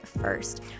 first